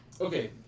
Okay